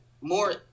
more